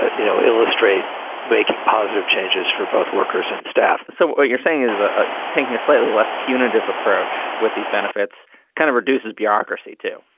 you know, illustrate making positive changes for both workers and staff so what you're saying is ah taking a slightly less punitive approach with these benefits kind of reduces bureaucracy to